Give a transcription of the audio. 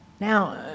now